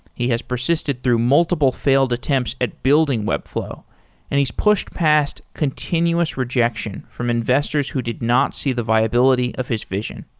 he has persisted through multiple failed attempts at building webflow and he's pushed past continuous rejection from investors who did not see the viability of his vision.